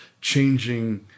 changing